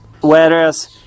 Whereas